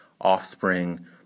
offspring